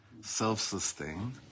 Self-sustained